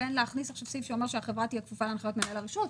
ובין הכנסת סעיף שאומר שהחברה תהיה כפופה להנחיות מנהל רשות המיסים.